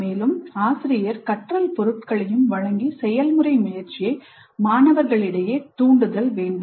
மேலும் ஆசிரியர் கற்றல் பொருட்களையும் வழங்கி செயல்முறை முயற்சியை மாணவர்களிடையே தூண்டுதல் வேண்டும்